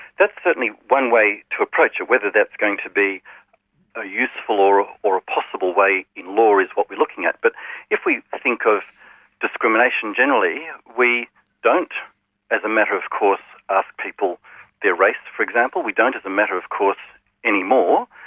that's certainly one way to approach it. whether that's going to be a useful or a possible way in law is what we're looking at. but if we think of discrimination generally, we don't as a matter of course ask people their race, for example, we don't as a matter of course anymore,